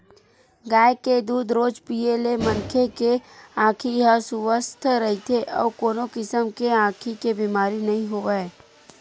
गाय के दूद रोज पीए ले मनखे के आँखी ह सुवस्थ रहिथे अउ कोनो किसम के आँखी के बेमारी नइ होवय